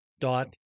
dot